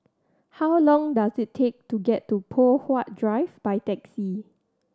how long does it take to get to Poh Huat Drive by taxi